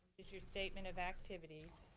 your statement of activities.